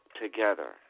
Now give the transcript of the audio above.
together